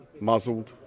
muzzled